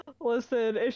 Listen